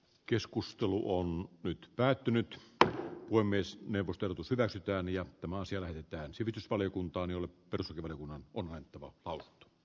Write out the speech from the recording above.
keskustelu on nyt päätynyt voi myös arvosteltu siitä sitten ja maa sillä että sivistysvaliokuntaan jolle perusteli minun on haettava palot